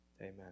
Amen